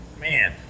man